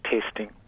testing